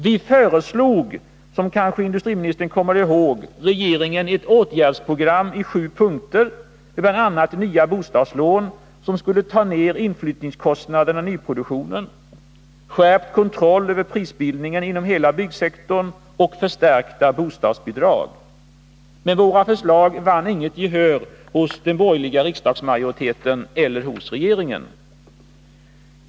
Vi föreslog, som industriministern kanske kommer ihåg, regeringen ett åtgärdsprogram i sju punkter, med bl.a. nya bostadslån, som skulle ta ner inflyttningskostnaderna i nyproduktionen, skärpt kontroll över prisbildningen inom hela byggsektorn och förstärkta bostadsbidrag. Våra förslag vann inget gehör hos den borgerliga riksdags majoriteten eller hos regeringen.